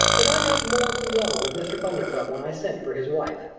that i got more than level with mr. bundercombe when i sent for his wife.